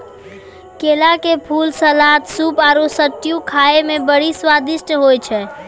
केला के फूल, सलाद, सूप आरु स्ट्यू खाए मे बड़ी स्वादिष्ट होय छै